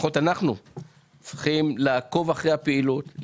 אנחנו צריכים לעקוב אחרי הפעילות,